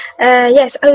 Yes